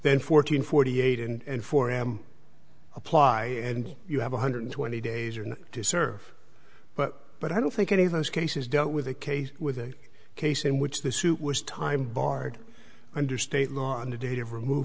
then fourteen forty eight and four am apply and you have one hundred twenty days or not to serve but but i don't think any of those cases dealt with a case with a case in which the suit was time barred under state law on the date of remov